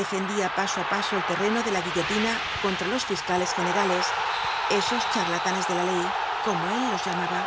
defendia paso á paso el terreno de la guillotina contra los fiscales generales esos charlatanes de la ley como él los llamaba